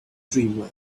dreamland